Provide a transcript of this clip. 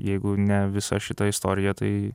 jeigu ne visa šita istorija tai